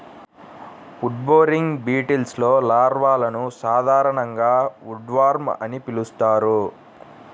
wood boring బీటిల్స్లో లార్వాలను సాధారణంగా ఉడ్వార్మ్ అని పిలుస్తారు